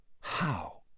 How